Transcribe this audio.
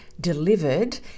delivered